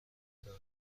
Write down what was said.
دارم